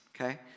okay